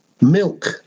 Milk